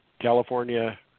California